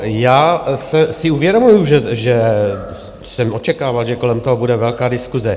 Já si uvědomuji, že jsem očekával, že kolem toho bude velká diskuse.